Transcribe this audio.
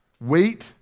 wait